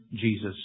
Jesus